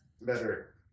better